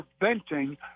preventing